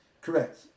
Correct